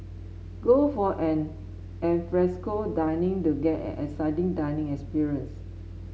go for an alfresco dining to get an exciting dining experience